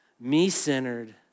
me-centered